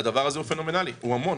אין חלופה.